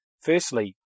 firstly